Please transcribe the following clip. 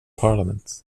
parliament